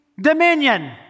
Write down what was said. dominion